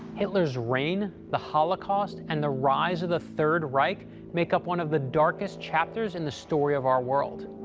hitler's reign, the holocaust, and the rise of the third reich make up one of the darkest chapters in the story of our world.